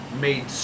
made